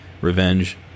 revenge